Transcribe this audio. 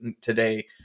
today